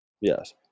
Yes